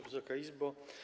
Wysoka Izbo!